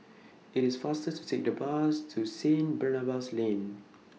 IT IS faster to Take The Bus to Stanit Barnabas Lane